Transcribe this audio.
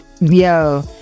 yo